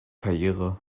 karriere